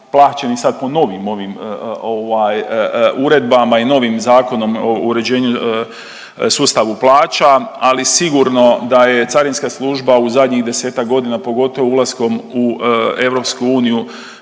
plaćeni sad po novim ovim uredbama i novim Zakonom o uređenju, sustavu plaća. Ali sigurno da je Carinska služba u zadnjih desetak godina pogotovo ulaskom u EU